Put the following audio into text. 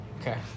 Okay